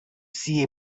see